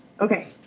Okay